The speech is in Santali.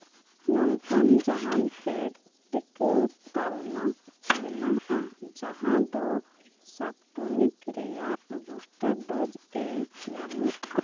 ᱱᱚᱝᱠᱟᱱ ᱡᱟᱦᱟᱱ ᱯᱮᱹᱰ ᱴᱤᱠᱟᱹ ᱛᱟᱞᱢᱟ ᱢᱮᱱᱟᱜᱼᱟ ᱡᱟᱦᱟᱸ ᱫᱚ ᱥᱯᱩᱴᱱᱤᱠ ᱨᱮᱭᱟᱜ ᱵᱩᱥᱴᱟᱨ ᱰᱳᱡᱽ ᱮ ᱧᱟᱢᱚᱜᱼᱟ